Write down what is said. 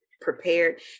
prepared